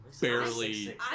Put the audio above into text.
barely